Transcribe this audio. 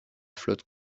flotte